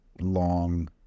long